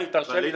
תרשה לי.